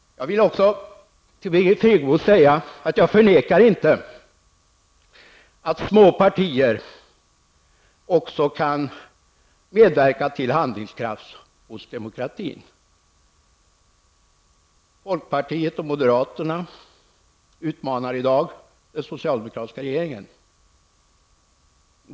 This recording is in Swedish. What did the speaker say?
Jag vill också till Birgit Friggebo säga att jag inte förnekar att små partier också kan medverka till handlingskraft i demokratin. Folkpartiet och moderaterna utmanar i dag den socialdemokratiska regeringen.